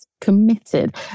committed